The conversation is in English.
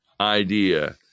idea